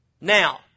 Now